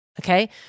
okay